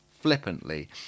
flippantly